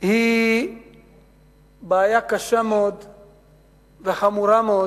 היא בעיה קשה וחמורה מאוד,